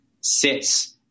sits